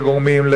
לגורמים,